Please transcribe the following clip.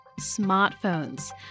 Smartphones